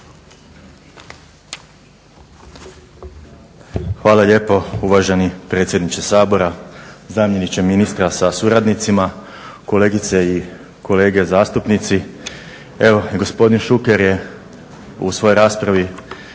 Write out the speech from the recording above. Hvala lijepo uvaženi predsjedniče Sabora, zamjeniče ministra sa suradnicima, kolegice i kolege zastupnici. Evo, gospodin Šuker je u svojoj raspravi